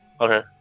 okay